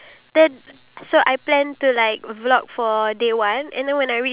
and how I'm supposed to record the scenes during that moment itself